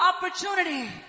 opportunity